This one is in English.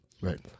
Right